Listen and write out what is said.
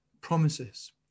promises